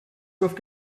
with